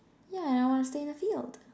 yeah and I wanna stay in the field